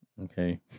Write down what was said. Okay